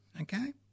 Okay